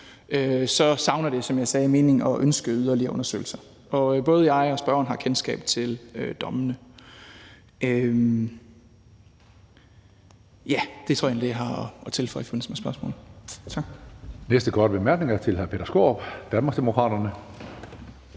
savner det mening at ønske yderligere undersøgelser. Og både jeg og spørgeren har kendskab til dommene. Ja, det tror jeg egentlig var det, jeg havde at tilføje i forbindelse med spørgsmålet.